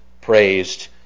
praised